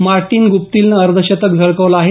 Mortein गुप्तीलनं अर्धशतक झळकवलं आहे